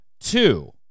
Two